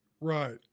Right